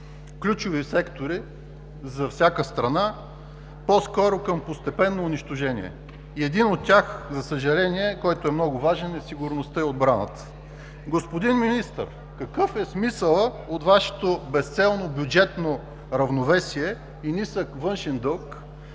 ключови за всяка страна сектори по-скоро към постепенно унищожение. Един от тях, за съжаление, който е много важен, е „Сигурност и отбрана“. Господин Министър, какъв е смисълът от Вашето безцелно бюджетно равновесие и нисък външен дълг,